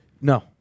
no